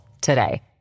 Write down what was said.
today